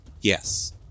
Yes